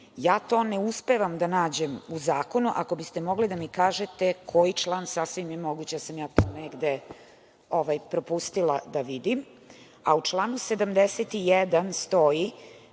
To ne uspevam da nađem u zakonu, ako biste mogli da mi kažete koji je član? Sasvim je moguće da sam to negde propustila da vidim.U članu 71 stoji